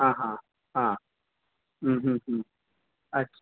ہاں ہاں ہاں اچھا